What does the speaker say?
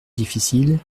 difficile